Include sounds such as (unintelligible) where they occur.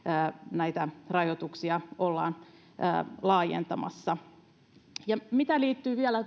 näitä rajoituksia ollaan laajentamassa mitä liittyy vielä (unintelligible)